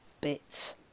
bits